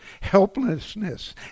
helplessness